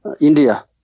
India